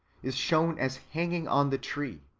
is shown as hanging on the tree,